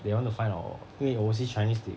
they want to find our 因为 overseas chinese they